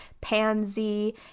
Pansy